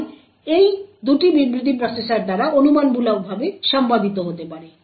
তাই এই দুটি বিবৃতি প্রসেসর দ্বারা অনুমানমূলকভাবে সম্পাদিত হতে পারে